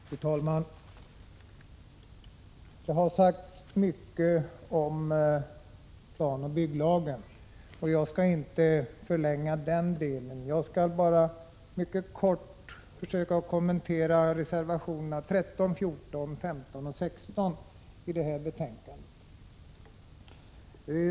Fru talman! Det har sagts mycket om planoch bygglagen, och jag skall inte förlänga den delen av debatten. Jag vill bara mycket kort försöka kommentera reservationerna 13, 14, 15 och 16 vid detta betänkande.